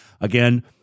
Again